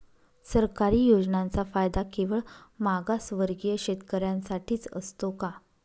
सरकारी योजनांचा फायदा केवळ मागासवर्गीय शेतकऱ्यांसाठीच असतो का?